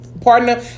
partner